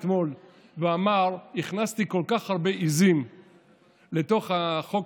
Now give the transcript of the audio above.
והוא אמר: הכנסתי כל כך הרבה עיזים לתוך חוק